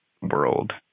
world